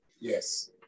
Yes